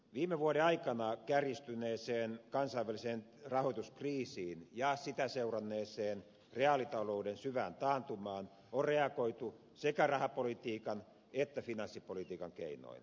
viime vuoden aikana kärjistyneeseen kansainväliseen rahoituskriisiin ja sitä seuranneeseen reaalitalouden syvään taantumaan on reagoitu sekä rahapolitiikan että finanssipolitiikan keinoin